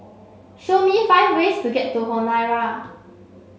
show me five ways to get to Honiara